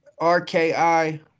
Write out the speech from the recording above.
RKI